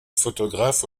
photographe